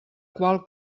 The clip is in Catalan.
qual